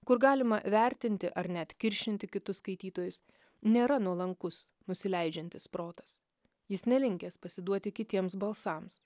kur galima vertinti ar net kiršinti kitus skaitytojus nėra nuolankus nusileidžiantis protas jis nelinkęs pasiduoti kitiems balsams